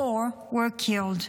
four were killed,